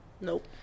Nope